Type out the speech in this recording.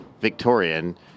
Victorian